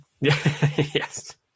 Yes